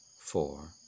four